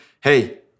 hey